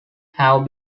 have